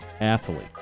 athlete